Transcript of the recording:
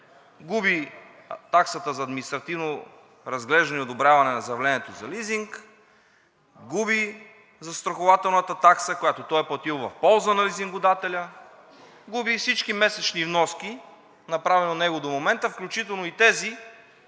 губи таксата за административно разглеждане и одобряване на заявлението за лизинг, губи застрахователната такса, която той е платил в полза на лизингодателя, губи всички месечни вноски, направени от него до момента, включително и тези,